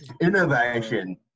Innovation